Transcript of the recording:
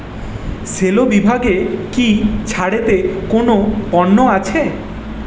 Cello বিভাগে কি ছাড়েতে কোনও পণ্য আছে